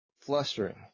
flustering